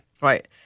Right